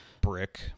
brick